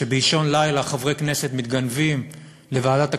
שבאישון לילה חברי כנסת מתגנבים לוועדת הכספים,